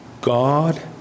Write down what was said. God